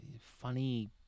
funny